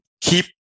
keep